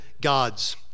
gods